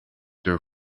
deux